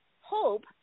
hope